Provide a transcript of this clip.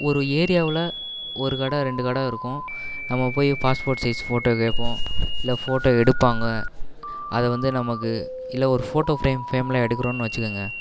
ஒரு ஏரியாவில் ஒரு கடை ரெண்டு கடை இருக்கும் நம்ம போய் பாஸ்போர்ட் சைஸ் ஃபோட்டோ கேட்போம் இல்லை ஃபோட்டோ எடுப்பாங்க அதை வந்து நமக்கு இல்லை ஒரு ஃபோட்டோ ஃபிரேம் ஃபிரேமில் எடுக்கிறோம் வச்சுக்கோங்க